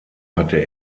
hatte